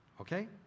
Okay